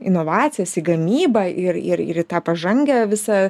inovacijas į gamybą ir ir į tą pažangią visą